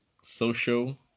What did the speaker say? social